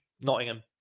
Nottingham